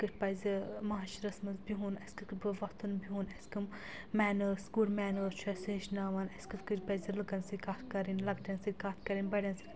کِتھ پَزِ ماشرَس منٛز بِہُن اَسہِ کٕتھ کٲٹھۍ بہٕ وۄتھُن بِہُن اَسہِ کٲم مَینٲرٕس گُڑ مَینٲرٕس چھُ اَسہِ ہیٚچھناوان اَسہِ کٕتھ کٲٹھۍ پزِ لُکَن سۭتۍ کَتھ کَرٕنۍ لکٹؠن سۭتۍ کَتھ کَرٕنۍ بَڑؠن سۭتۍ